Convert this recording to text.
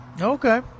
Okay